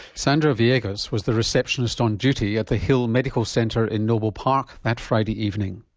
sandra viegas was the receptionist on duty at the hill medical centre in noble park that friday evening.